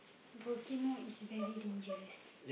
volcano is very dangerous